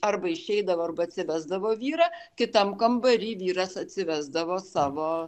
arba išeidavo arba atsivesdavo vyrą kitam kambary vyras atsivesdavo savo